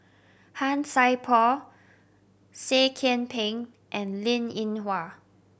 Han Sai Por Seah Kian Peng and Linn In Hua